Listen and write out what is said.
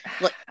Look